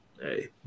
Hey